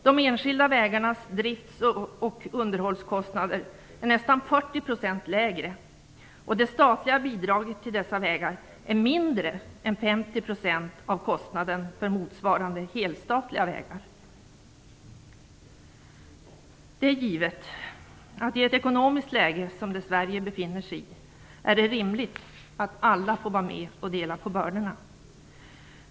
Drifts och underhållskostnaderna för de enskilda vägarna är nästan 40 % lägre, och det statliga bidraget till dessa vägar är mindre än Givetvis är det i det ekonomiska läge som Sverige befinner sig i rimligt att alla får vara med och dela på bördorna.